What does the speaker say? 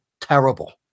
terrible